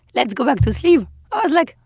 let's go back to sleep. i was like,